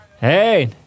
Hey